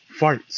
farts